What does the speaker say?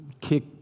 kick